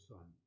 Son